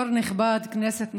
יו"ר נכבד, כנסת נכבדה,